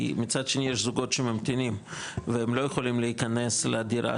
כי מצד שני יש זוגות שממתינים והם לא יכולים להיכנס לדירה